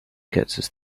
gets